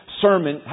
sermon